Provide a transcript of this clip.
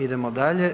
Idemo dalje.